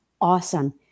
awesome